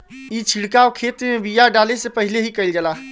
ई छिड़काव खेत में बिया डाले से पहिले ही कईल जाला